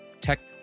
tech